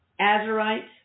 azurite